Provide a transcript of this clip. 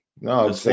No